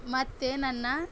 ಮತ್ತೆ ನನ್ನ